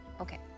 Okay